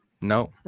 no